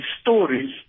stories